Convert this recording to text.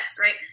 right